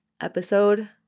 episode